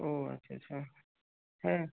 ও আচ্ছা আচ্ছা হ্যাঁ